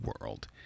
world